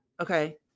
Okay